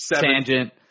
Tangent